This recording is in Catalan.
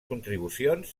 contribucions